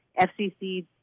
FCC